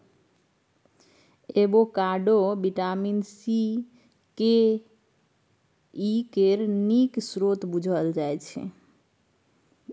avocado vitamin C, K, E केर नीक स्रोत बुझल जाइ छै